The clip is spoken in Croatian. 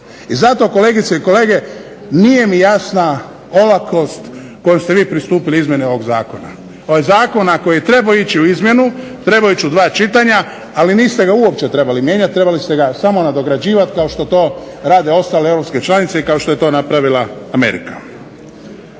I zato, kolegice i kolege, nije mi jasna ova kojom ste vi pristupili izmjeni ovog Zakona, zakona koji je trebao ići u izmjenu. Trebao je ići u dva čitanja, ali niste ga uopće trebali mijenjati. Trebali ste ga samo nadograđivati kao što to rade ostale europske članice i kao što je to napravila Amerika.